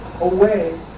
away